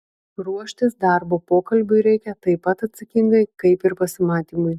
ruoštis darbo pokalbiui reikia taip pat atsakingai kaip ir pasimatymui